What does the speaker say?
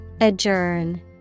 Adjourn